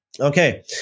Okay